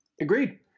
Agreed